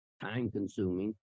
time-consuming